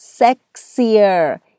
sexier